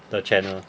the channel